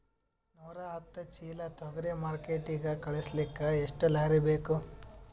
ನೂರಾಹತ್ತ ಚೀಲಾ ತೊಗರಿ ಮಾರ್ಕಿಟಿಗ ಕಳಸಲಿಕ್ಕಿ ಎಷ್ಟ ಲಾರಿ ಬೇಕು?